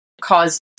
cause